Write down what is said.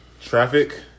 traffic